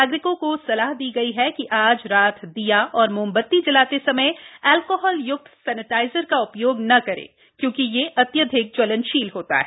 नागरिकों को सलाह दी गई है कि आज रात दीया और मोमबत्ती जलाते समय अल्कोहल युक्त सैनिटाइजर का उपयोग न करें क्योंकि यह अत्यधिक ज्वलनशील होता है